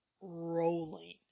rolling